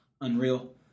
Unreal